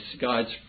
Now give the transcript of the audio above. God's